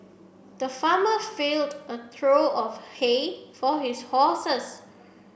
the farmer filled a trough of hay for his horses